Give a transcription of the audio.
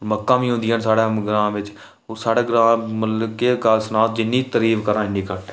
मक्कां बी होंदियां न साढ़े ग्रांऽ बिच ओह् साढ़े ग्रांऽ बिच मतलब कि गल्ल सनांऽ जिन्नी तरीफ करां उन्नी घट्ट ऐ